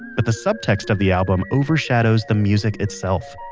but the subtext of the album overshadows the music itself.